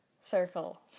Circle